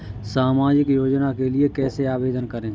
सामाजिक योजना के लिए कैसे आवेदन करें?